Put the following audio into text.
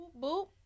Boop